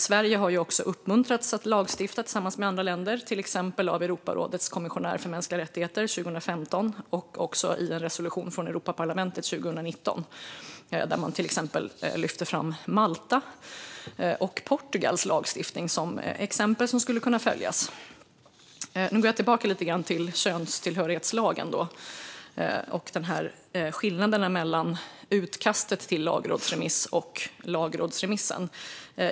Sverige har tillsammans med andra länder uppmuntrats att lagstifta, till exempel av Europarådets kommissionär för mänskliga rättigheter 2015 men också i en resolution från Europaparlamentet 2019, där Maltas och Portugals lagstiftning lyfts fram som exempel som skulle kunna följas. Jag ska gå tillbaka lite till könstillhörighetslagen och skillnaderna mellan utkastet till lagrådsremiss och lagrådsremissen.